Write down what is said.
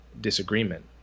disagreement